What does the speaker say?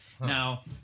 Now